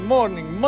Morning